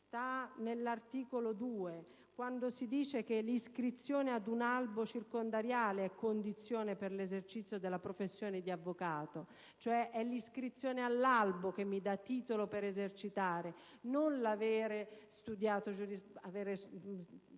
sta nell'articolo 2, quando si prevede: "L'iscrizione a un albo circondariale è condizione per l'esercizio della professione di avvocato". È quindi l'iscrizione all'albo che dà titolo per esercitare, non l'avere studiato all'università